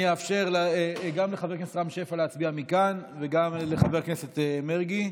אני אאפשר גם לחבר הכנסת רם שפע להצביע מכאן וגם לחבר הכנסת מרגי.